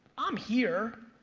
i'm here.